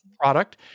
product